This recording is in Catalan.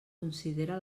considera